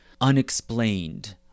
unexplained